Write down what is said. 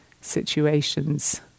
situations